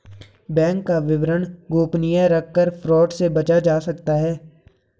bank का विवरण गोपनीय रखकर फ्रॉड से बचा जा सकता है